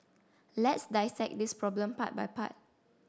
let's dissect this problem part by part